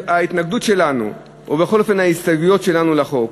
ההתנגדות שלנו, ובכל אופן ההסתייגויות שלנו לחוק,